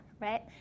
right